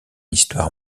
histoire